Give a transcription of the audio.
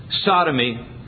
sodomy